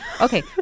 Okay